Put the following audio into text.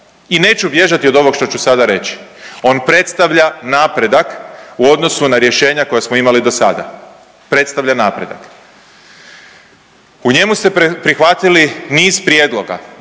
I neću bježati od ovoga što ću sada reći. On predstavlja napredak u odnosu na rješenja koja smo imali dosada. Predstavlja napredak. U njemu ste prihvatili niz prijedloga,